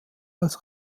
als